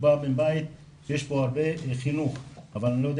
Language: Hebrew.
הוא בא מבית שיש בו הרבה חינוך אבל אני לא יודע